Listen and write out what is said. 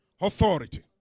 Authority